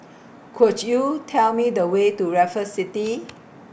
Could YOU Tell Me The Way to Raffles City